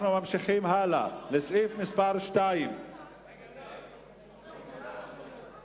אנחנו ממשיכים הלאה לסעיף מס' 2. אדוני,